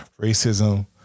racism